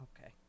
Okay